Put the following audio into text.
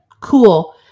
cool